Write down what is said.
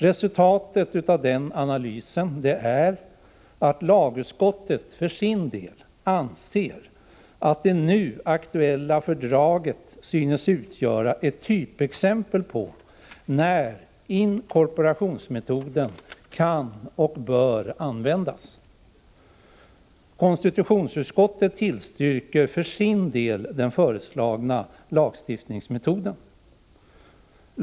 Resultatet av denna analys är att lagutskottet för sin del anser att det nu aktuella fördraget synes utgöra ett typexempel på när inkorporationsmetoden kan och bör användas. Även konstitutionsutskottet tillstyrker den föreslagna lagstiftningsmetoden.